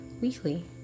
weekly